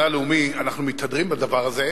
הלאומי אנחנו מתהדרים בדבר הזה,